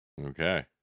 Okay